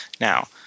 Now